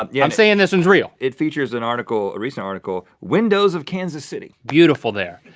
um yeah i'm sayin' this one's real! it features an article, a recent article windows of kansas city. beautiful there.